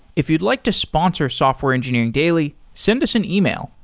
if you'd like to sponsor software engineering daily, send us an email,